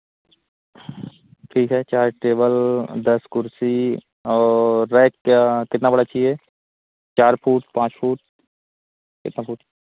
ठीक है चार टेबल दस कुर्सी और रैक क्या कितना बड़ा चाहिए चार फूट पाँच फूट कितना फूट